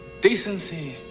Decency